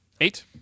Eight